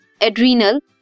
adrenal